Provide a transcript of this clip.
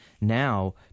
Now